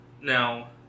Now